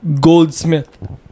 Goldsmith